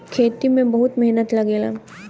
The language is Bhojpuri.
खेती में बहुते मेहनत लगेला